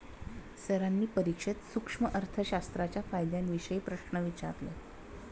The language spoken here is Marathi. सरांनी परीक्षेत सूक्ष्म अर्थशास्त्राच्या फायद्यांविषयी प्रश्न विचारले